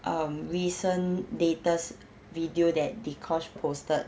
um recent latest video that dee kosh posted